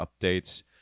updates